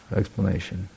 explanation